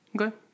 Okay